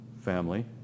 family